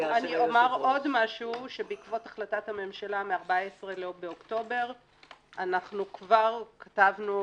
בעקבות החלטת הממשלה ב-14 באוקטובר כבר כתבנו